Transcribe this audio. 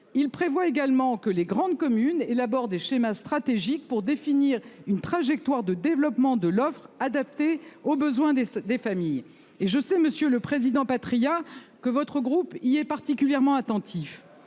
Il prévoit également que les grandes communes élabore des schémas stratégique pour définir une trajectoire de développement de l'offre adaptée aux besoins des des familles et je sais, Monsieur le Président Patriat que votre groupe, il est particulièrement attentif.